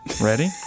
Ready